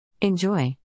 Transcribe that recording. Enjoy